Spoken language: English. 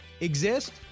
exist